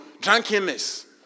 drunkenness